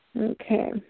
Okay